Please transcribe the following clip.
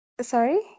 Sorry